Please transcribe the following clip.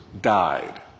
died